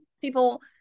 people